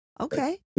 Okay